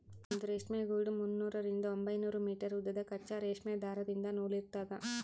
ಒಂದು ರೇಷ್ಮೆ ಗೂಡು ಮುನ್ನೂರರಿಂದ ಒಂಬೈನೂರು ಮೀಟರ್ ಉದ್ದದ ಕಚ್ಚಾ ರೇಷ್ಮೆ ದಾರದಿಂದ ನೂಲಿರ್ತದ